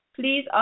Please